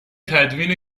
تدوین